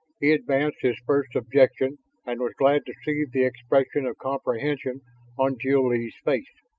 he advanced his first objection and was glad to see the expression of comprehension on jil-lee's face.